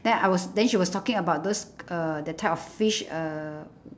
then I was then she was talking about those uh the type of fish uh